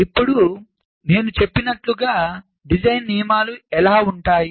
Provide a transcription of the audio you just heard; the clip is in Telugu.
ఇప్పుడు నేను చెప్పినట్లుగా డిజైన్ నియమాలు ఎలా ఉంటాయి